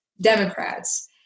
Democrats